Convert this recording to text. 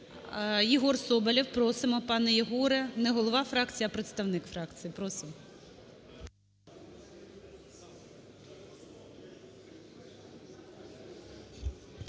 Єгор Соболєв. Просимо, пане Єгоре, не голова фракції, а представник фракції. Просимо.